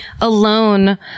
Alone